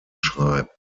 schreibt